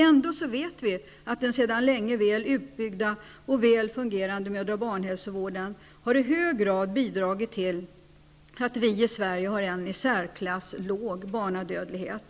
Ändå vet vi att den sedan länge utbyggda och väl fungerande mödraoch barnhälsovården i hög grad har bidragit till att vi i Sverige har en i särklass låg barndödlighet.